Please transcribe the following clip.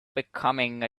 becoming